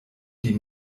die